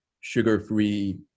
sugar-free